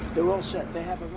they're all set, they have.